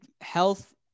health